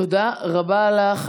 תודה רבה לך.